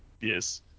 yes